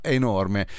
enorme